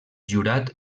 jurat